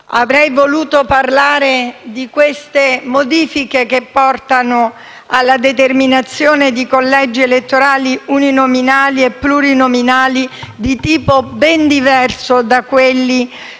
Avrei voluto parlare delle modifiche che portano alla determinazione di collegi elettorali uninominali e plurinominali di tipo ben diverso da quelli